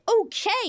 Okay